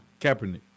Kaepernick